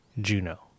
juno